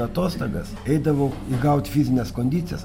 atostogas eidavau įgaut fizinės kondicijos